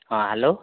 ହଁ ହ୍ୟାଲୋ